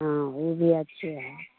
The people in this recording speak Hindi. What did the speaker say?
हाँ ऊ भी अच्छे है